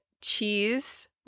cheese